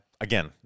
Again